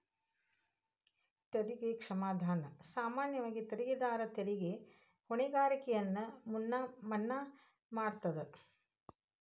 ತೆರಿಗೆ ಕ್ಷಮಾದಾನ ಸಾಮಾನ್ಯವಾಗಿ ತೆರಿಗೆದಾರರ ತೆರಿಗೆ ಹೊಣೆಗಾರಿಕೆಯನ್ನ ಮನ್ನಾ ಮಾಡತದ